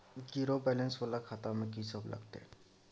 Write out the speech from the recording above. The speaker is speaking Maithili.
जीरो बैलेंस वाला खाता में की सब लगतै?